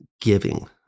giving